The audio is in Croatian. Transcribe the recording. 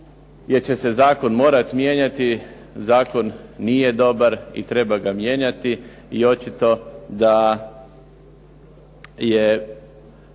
jer će se zakon morati mijenjati, zakon nije dobar i treba ga mijenjati, i očito da je